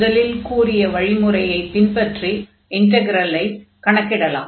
முதலில் கூறிய வழிமுறையைப் பின்பற்றி இன்டக்ரலை கணக்கிடலாம்